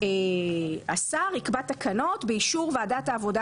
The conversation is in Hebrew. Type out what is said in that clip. שהשר יקבע תקנות באישור ועדת העבודה,